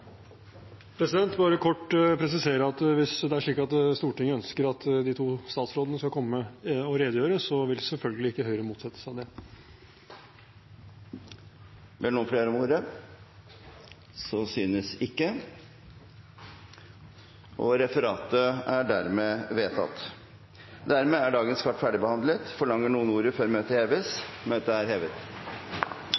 bare kort presisere at hvis Stortinget ønsker at de to statsrådene skal komme og redegjøre, vil Høyre selvfølgelig ikke motsette seg det. Ber flere om ordet til referatsak nr. 15? Så synes ikke. Det er dermed vedtatt. Dermed er sakene på dagens kart ferdigbehandlet. Forlanger noen ordet før møtet heves?